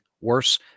worse